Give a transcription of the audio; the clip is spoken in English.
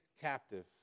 captive